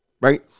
Right